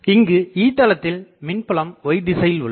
இங்கு E தளத்தில் மின்புலம் Y திசையில் உள்ளது